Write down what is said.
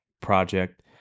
project